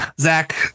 Zach